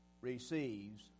Receives